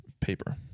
Paper